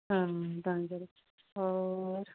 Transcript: ਹਾਂ ਤਾਂ ਕਰਕੇ ਹੋਰ